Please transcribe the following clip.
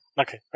Okay